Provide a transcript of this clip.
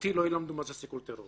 אותי לא ילמדו מה זה סיכול טרור.